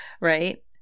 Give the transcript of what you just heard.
right